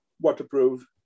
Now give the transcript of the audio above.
waterproof